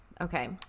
Okay